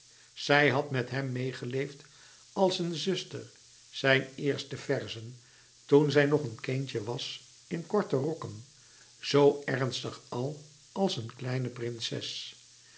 zij had met hem meêgeleefd als een zuster zijn eerste verzen toen zij nog een kindje was in korte rokken zoo ernstig al als een kleine prinses